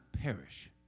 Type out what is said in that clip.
perish